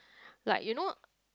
like you know